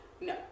No